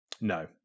No